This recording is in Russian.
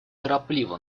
торопливо